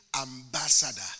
ambassador